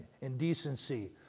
indecency